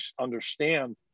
understand